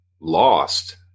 lost